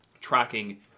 Tracking